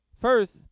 first